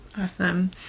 Awesome